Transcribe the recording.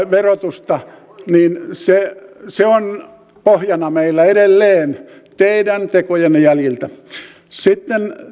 verotusta se se on pohjana meillä edelleen teidän tekojenne jäljiltä sitten te veitte